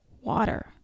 water